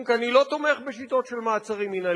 כי אני לא תומך בשיטות של מעצרים מינהליים.